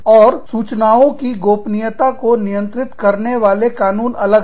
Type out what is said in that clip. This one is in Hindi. और सूचनाओं की गोपनीयता को नियंत्रित करने वाले कानून अलग है